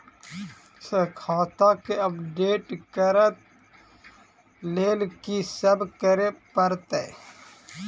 Sir खाता केँ update करऽ लेल की सब करै परतै?